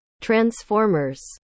transformers